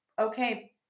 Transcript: okay